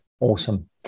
Awesome